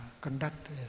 conduct